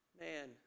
man